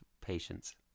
patience